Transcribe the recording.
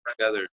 together